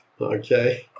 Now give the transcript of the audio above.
okay